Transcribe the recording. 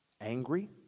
Angry